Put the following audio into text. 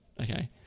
okay